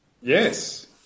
Yes